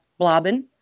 Blobbin